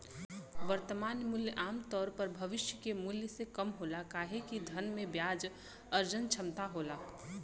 वर्तमान मूल्य आमतौर पर भविष्य के मूल्य से कम होला काहे कि धन में ब्याज अर्जन क्षमता होला